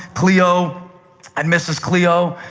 cleo and mrs. cleo,